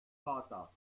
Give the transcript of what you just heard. vater